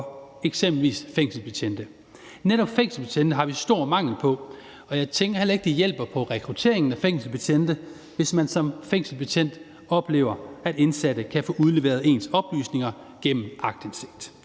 eksempelvis fængselsbetjente. Netop fængselsbetjente har vi stor mangel på, og jeg tænker heller ikke, at det hjælper på rekrutteringen af fængselsbetjente, hvis man som fængselsbetjent oplever, at indsatte kan få udleveret ens oplysninger gennem aktindsigt.